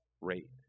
rate